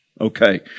Okay